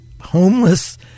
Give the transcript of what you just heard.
homeless